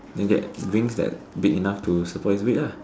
you get wings that big enough to support his weight lah